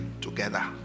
together